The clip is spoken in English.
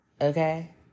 Okay